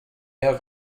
have